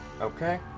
Okay